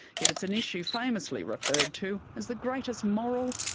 yet it's an issue famously referred to as the greatest moral,